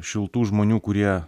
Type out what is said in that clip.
šiltų žmonių kurie